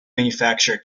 manufacture